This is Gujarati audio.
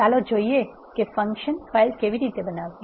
ચાલો જોઈએ કે ફંક્શન ફાઇલ કેવી રીતે બનાવવી